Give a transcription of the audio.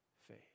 faith